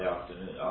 afternoon